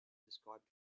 described